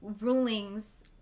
rulings